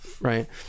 Right